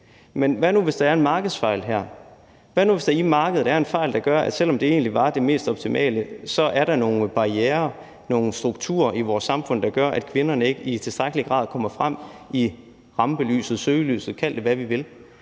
hvad nu, hvis der er en markedsfejl her? Hvad nu, hvis der i markedet er en fejl, der gør, at selv om det egentlig var det mest optimale, så er der nogle barrierer, nogle strukturer i vores samfund, der gør, at kvinderne ikke i tilstrækkelig grad kommer frem i rampelyset, søgelyset, kald det, hvad du vil?